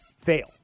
fail